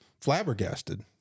flabbergasted